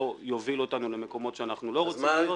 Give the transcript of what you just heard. יוביל אותנו למקומות שאנחנו לא רוצים להיות.